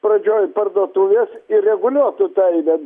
pradžioj parduotuvės ir reguliuotų tą eilę